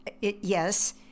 yes